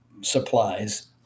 supplies